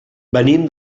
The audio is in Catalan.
venim